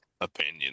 opinion